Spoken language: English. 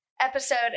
episode